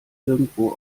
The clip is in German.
irgendwo